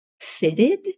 fitted